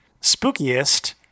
spookiest